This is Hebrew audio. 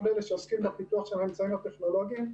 כל אלה שעוסקים בפיתוח של האמצעים הטכנולוגיים.